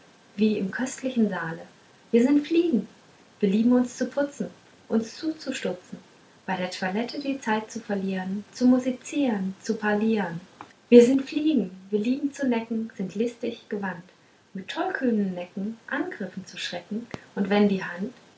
wie in köstlichem saale wir sind fliegen wir lieben uns zu putzen uns zuzustutzen bei der toilette die zeit zu verlieren zu musizieren zu parlieren wir sind fliegen wir lieben zu necken sind listig gewandt mit tollkühnem necken angriffen zu schrecken und wenn die hand